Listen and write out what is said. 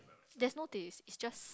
there's no taste it's just